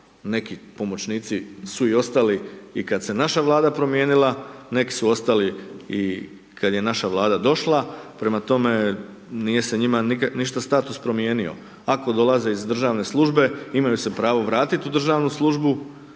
Neki pomoćnici su i ostali i kad se naša Vlada promijenila, neki su ostali i kad je naša Vlada došla, prema tome nije se njima ništa status promijenio. Ako dolaze iz državne službe, imaju se pravo vratiti u državnu službu,